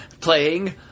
Playing